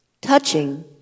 touching